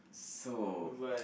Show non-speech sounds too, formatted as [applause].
so [noise]